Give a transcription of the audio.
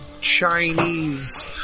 Chinese